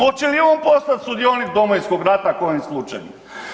Oće li on postat sudionik Domovinskog rata kojim slučajem?